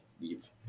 leave